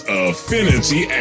affinity